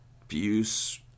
abuse